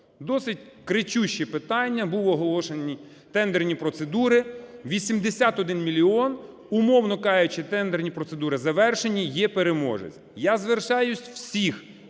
Досить кричуще питання. Були оголошені тендерні процедури. 81 мільйон, умовно кажучи, тендерні процедури завершені, є переможець. Я звертаюсь до всіх,